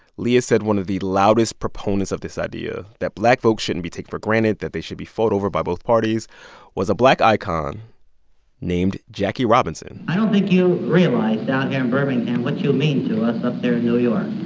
leah said one of the loudest proponents of this idea that black folks shouldn't be taken for granted, that they should be fought over by both parties was a black icon named jackie robinson i don't think you realize down here in birmingham what you mean you know to um